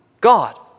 God